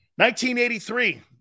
1983